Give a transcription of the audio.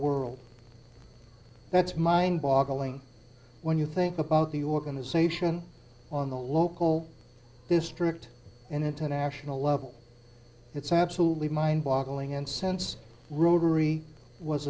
world that's mind boggling when you think about the organization on the local district and international level it's absolutely mind boggling and sense rotary was